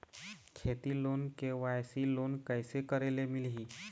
खेती loan KYC loan कइसे करे ले मिलही?